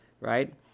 right